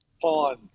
pawn